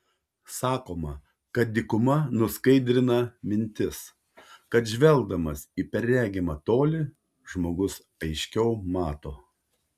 sakoma kad dykuma nuskaidrina mintis kad žvelgdamas į perregimą tolį žmogus aiškiau mato